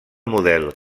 model